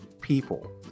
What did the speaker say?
people